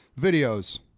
Videos